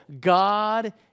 god